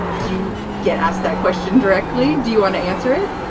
do you get asked that question directly? do you want to answer it?